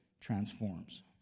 transforms